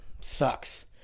Sucks